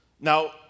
Now